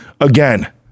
again